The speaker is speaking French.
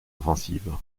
offensive